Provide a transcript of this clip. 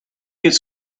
gets